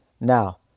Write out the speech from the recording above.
Now